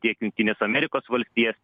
tiek jungtinės amerikos valstija